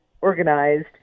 organized